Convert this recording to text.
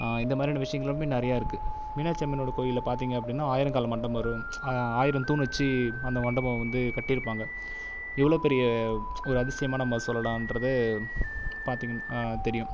இந்தமாதிரியான விஷயங்களுமே நிறையா இருக்குது மீனாட்சி அம்மன்னுடைய கோயிலில் பார்த்தீங்க அப்படின்னா ஆயிரங்கால் மண்டபமும் ஆயிரம் தூன் வச்சு அந்த மண்டபம் வந்து கட்டிருப்பாங்க எவ்வளோ பெரிய ஒரு அதிசியமாக நம்ம சொல்லலான்றது பார்த்தீங்க தெரியும்